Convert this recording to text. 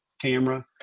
camera